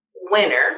winner